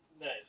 nice